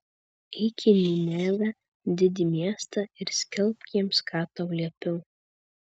eik į ninevę didį miestą ir skelbk jiems ką tau liepiau